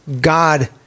God